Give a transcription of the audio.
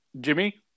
Jimmy